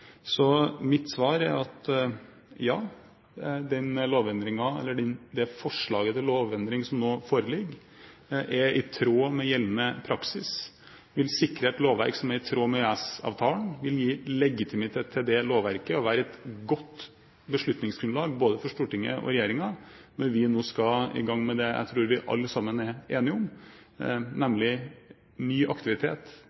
Så mitt svar er: Ja, det forslaget til lovendring som nå foreligger, er i tråd med gjeldende praksis; det vil sikre et lovverk som er i tråd med EØS-avtalen. Det vil gi legitimitet til det lovverket og være et godt beslutningsgrunnlag for både Stortinget og regjeringen når vi nå skal i gang med det jeg tror vi alle er enige om,